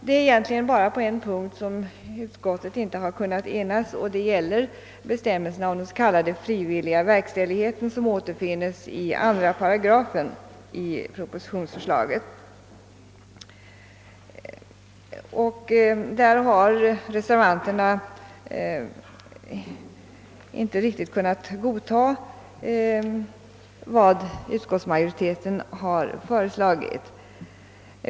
Det är egentligen bara på en punkt som utskottet inte har kunnat enas, och det gäller bestämmelserna om den s.k. frivilliga verkställigheten, vilka återfinns i 2 § i propositionsförslaget. Reservanterna har härvidlag inte helt kunnat godta vad utskottsmajoriteten har föreslagit.